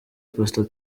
pastor